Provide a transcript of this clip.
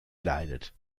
leidet